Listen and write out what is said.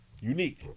unique